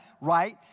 right